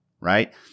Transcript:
right